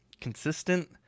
consistent